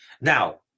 Now